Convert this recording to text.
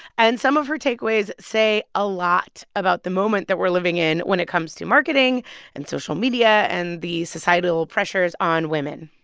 and some of her takeaways say a lot about the moment that we're living in when it comes to marketing and social media and the societal pressures on women